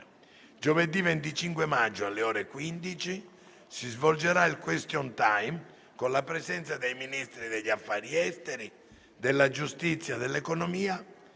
Giovedì 25 maggio, alle ore 15, si svolgerà il *question time*, con la presenza dei Ministri degli affari esteri, della giustizia, dell'economia